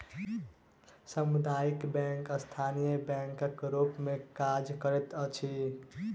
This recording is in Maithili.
सामुदायिक बैंक स्थानीय बैंकक रूप मे काज करैत अछि